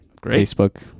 Facebook